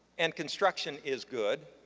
and construction is good,